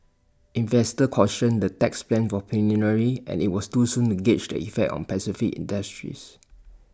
investors cautioned the tax plan were preliminary and IT was too soon to gauge the effect on specific industries